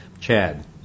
Chad